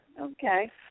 Okay